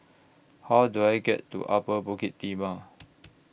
How Do I get to Upper Bukit Timah